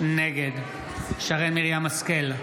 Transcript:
נגד שרן מרים השכל,